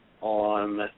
on